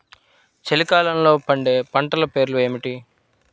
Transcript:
చలికాలంలో పండే పంటల పేర్లు ఏమిటీ?